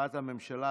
בתמיכת הממשלה.